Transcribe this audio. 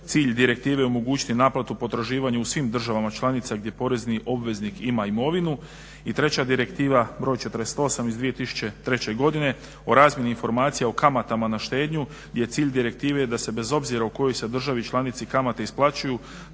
Cilj direktive je omogućiti naplatu potraživanja u svim državama članica gdje porezni obveznik ima imovinu. I treća Direktiva br. 48./2003. o razmjeni informacija o kamatama na štednju gdje je cilj direktive da se bez obzira u kojoj se državi članici kamate isplaćuju